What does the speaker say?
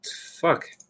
fuck